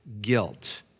guilt